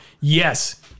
Yes